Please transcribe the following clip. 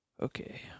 Okay